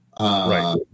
right